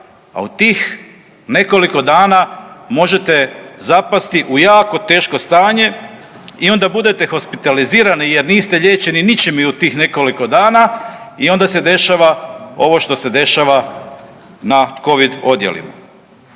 a u tih nekoliko dana možete zapasti u jako teško stanje i onda budete hospitalizirani jer niste liječeni ničim u tih nekoliko dana i onda se dešava ovo što se dešava na covid odjelima.